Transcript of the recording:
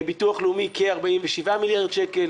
ביטוח לאומי - כ-47 מיליארד שקל,